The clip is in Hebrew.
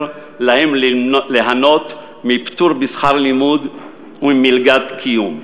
להם ליהנות מפטור משכר לימוד וממלגת קיום.